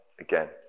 again